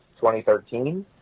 2013